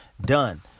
done